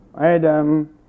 Adam